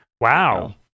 wow